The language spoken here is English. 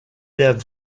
dev